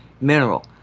mineral